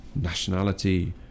nationality